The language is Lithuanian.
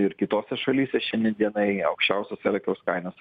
ir kitose šalyse šiandien dienai aukščiausios elektros kainos